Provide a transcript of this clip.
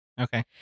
Okay